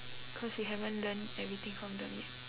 cause we haven't learn everything from them yet